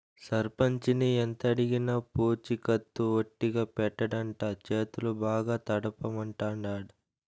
సర్పంచిని ఎంతడిగినా పూచికత్తు ఒట్టిగా పెట్టడంట, చేతులు బాగా తడపమంటాండాడు